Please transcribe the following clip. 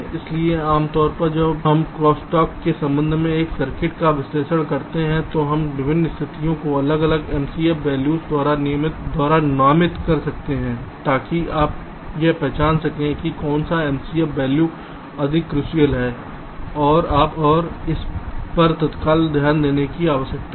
इसलिए आमतौर पर जब हम क्रॉस टॉक के संबंध में एक सर्किट का विश्लेषण करते हैं तो हम विभिन्न स्थितियों को अलग अलग MCF वैल्यूज द्वारा नामित कर सकते हैं ताकि आप यह पहचान सकें कि कौन सा MCF वैल्यू अधिक क्रूशियल है और इस पर तत्काल ध्यान देने की आवश्यकता है